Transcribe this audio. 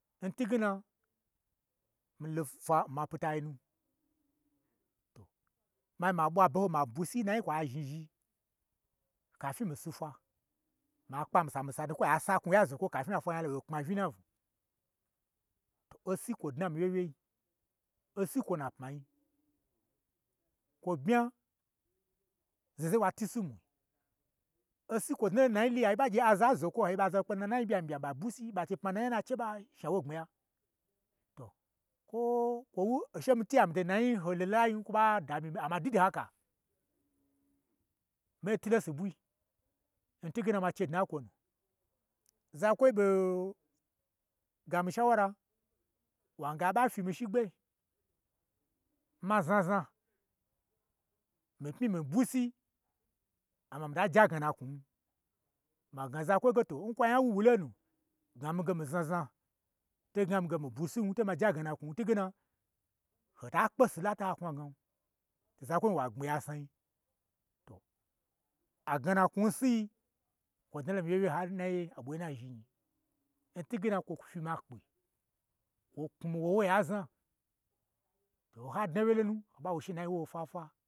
N twuge na milo fwa n mapitai nu, to mai ma ɓwa bahoma bwusi na yi kwa zhni zhi, kafi mii si fwa, ma kpa miisa, ami-isa nu kwoi ha saknwu ya n zokwo kafi, afwa nya ɓalo ɓai kpana uyin na unwu to osi n napmai, kwo bmya zaho zahoyi watwu si mwui, osi kwa dnalo n nayi lu ya, yi ɓa gye aza, ha gye aza kpe n ha nayi byam byam ɓa bwusi, ɓa n chei pma nayi na che ɓa shnawo gbmiya, to kwo kwo wu, che mii twu nyai, mito n nayi ho lolo lai n kwo ɓa damyi n mii amma dwu de haka, mei twu lon subwui, n twugena ma che dna n kwonu, zakwoi ɓo gami shaura, wange aɓa fyi mii shigbe, ma znazna mii pmyi mi-i bwusi, amma mita je agna na knwun, magna zakwoi ge to n kwa wuwu lo nu, gnamii gee mii znazna, to gna mii ge mii bwusi to maje agna knwu n twugena, ho ta kpesi la to ha knwa gnan, zakwoi wa gbmi ya nsnai, to agnana knwu nsi, kwo dnalo n mii wyewyei n ɓwu ye n na zhi nyi, n twuge na kwo fyi ma kpi-i kwoi knwu mii wowo ya n zna, to n ha dna wye lonu ho ɓa wo she nayi woho fwa fwa